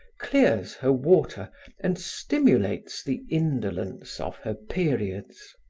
clears her water and stimulates the indolence of her periods.